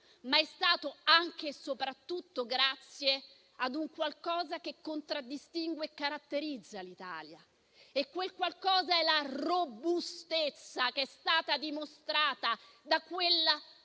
ma è stato anche e soprattutto grazie a qualcosa che contraddistingue e caratterizza l'Italia, cioè la robustezza che è stata dimostrata da quel